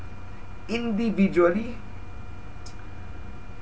individually